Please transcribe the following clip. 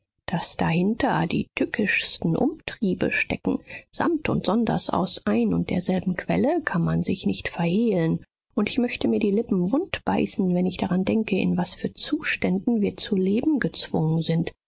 daß dahinter die tückischesten umtriebe stecken samt und sonders aus ein und derselben quelle kann man sich nicht verhehlen und ich möchte mir die lippen wund beißen wenn ich daran denke in was für zuständen wir zu leben gezwungen sind